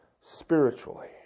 spiritually